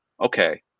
okay